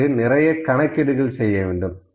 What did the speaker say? அதற்கு நிறைய கணக்கீடுகள் செய்ய வேண்டும்